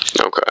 Okay